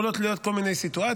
יכולות להיות כל מיני סיטואציות.